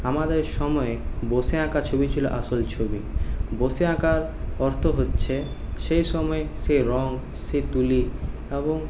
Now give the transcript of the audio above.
আমাদের সময়ে বসে আঁকা ছবি ছিল আসল ছবি বসে আঁকার অর্থ হচ্ছে সে সময় সে রং সে তুলি এবং